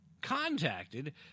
contacted